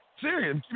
Serious